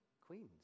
Queens